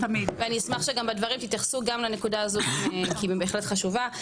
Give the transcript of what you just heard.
ואני אשמח שגם בדברים תתייחסו גם לנקודה הזו כי היא בהחלט חשובה.